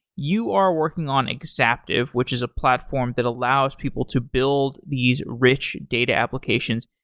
you are working on exaptive, which is a platform that allows people to build these rich data applications.